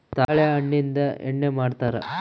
ತಾಳೆ ಹಣ್ಣಿಂದ ಎಣ್ಣೆ ಮಾಡ್ತರಾ